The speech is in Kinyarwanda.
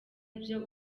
byo